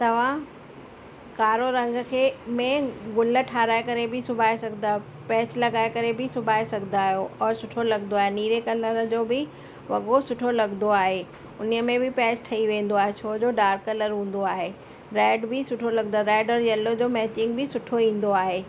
तव्हां कारो रंग खे में गुल ठहिराए करे बि सुभाए सघंदा आहियो पैच लॻाए करे बि सुभाए सघंदा आहियो और सुठो लॻंदो आहे नीरे कलर जो बि वॻो सुठो लॻंदो आहे उन ई में बि पैच ठही वेंदो आहे छो जो डार्क कलर हूंदो आहे रैड बि सुठो लॻंदो आहे रैड और यैलो जो मैचिंग बि सुठो ई हूंदो आहे